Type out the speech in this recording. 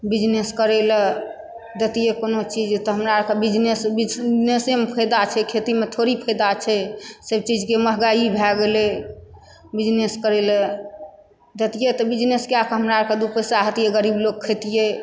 business करै लए देतियै कोनो चीज तऽ हमरा आर के बिजनेस बिजनेसे में फायदा छै खेती मे थोड़ी फायदा छै सब चीज के महॅंगाइ भए गेलै बिजनेस करै लए दैतियै तऽ बिजनेस कए कऽ हमरा आर के दू पैसा हैतियै गरीब लोक खातियै